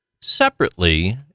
separately